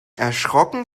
erschrocken